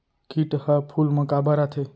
किट ह फूल मा काबर आथे?